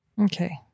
Okay